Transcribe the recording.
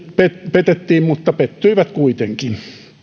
petettiin mutta pettyivät kuitenkin